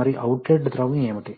మరియు అవుట్లెట్ ద్రవం ఏమిటి